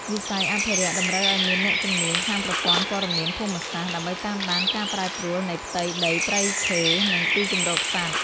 វិស័យអភិរក្សតម្រូវឱ្យមានអ្នកជំនាញខាងប្រព័ន្ធព័ត៌មានភូមិសាស្ត្រ ដើម្បីតាមដានការប្រែប្រួលនៃផ្ទៃដីព្រៃឈើ និងទីជម្រកសត្វ។